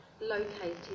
located